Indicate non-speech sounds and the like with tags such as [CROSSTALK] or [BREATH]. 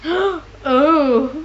[BREATH] oh